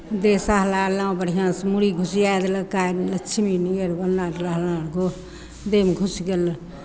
देह सहलयलहुँ बढ़िआँसँ मूड़ी घोसियाय देलक गाय लक्ष्मी नियर बनल रहला देहमे घुसि गेल